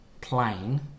plane